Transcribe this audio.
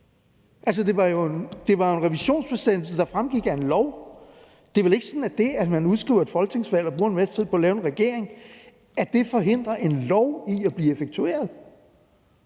Det var jo en revisionsbestemmelse, der fremgik af en lov, og det er vel ikke sådan, at det, at man udskriver et folketingsvalg, og det, at man bruger en masse tid på at lave en regering, forhindrer, at en lov bliver effektueret,